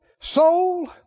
soul